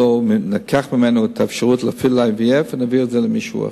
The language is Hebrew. ניקח ממנו את האפשרות להפעיל IVF ונעביר את זה למישהו אחר.